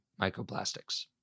microplastics